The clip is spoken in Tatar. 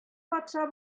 патша